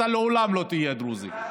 לעולם לא תהיה דרוזי,